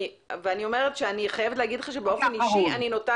אני חייבת לומר לך שבאופן אישי אני נוטה